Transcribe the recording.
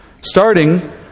Starting